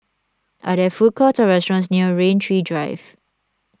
are there food courts or restaurants near Rain Tree Drive